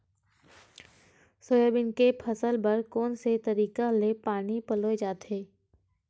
Soybean के फसल बर कोन से तरीका ले पानी पलोय जाथे?